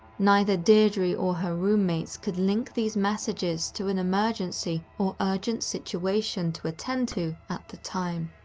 neither deidre or her roommates could link these messages to an emergency or urgent situation to attend to at the time.